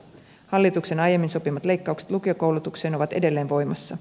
hallituksen aiemmin sopimat leikkaukset lukiokoulutukseen ovat edelleen voimassa